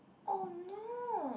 oh no